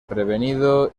prevenido